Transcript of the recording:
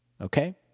Okay